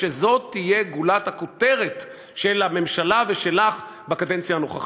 ושזו תהיה גולת הכותרת של הממשלה ושלך בקדנציה הנוכחית.